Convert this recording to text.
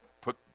put